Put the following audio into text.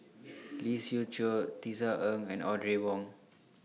Lee Siew Choh Tisa Ng and Audrey Wong